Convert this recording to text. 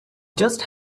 just